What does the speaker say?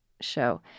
show